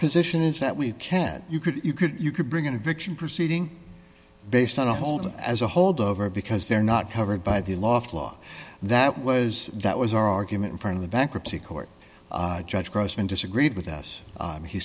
position is that we can you could you could you could bring in a fiction proceeding based on hold as a hold over because they're not covered by the law flaw that was that was our argument in front of the bankruptcy court judge grossman disagreed with us